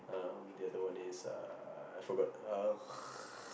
um the other one is uh I forgot uh